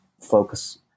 focus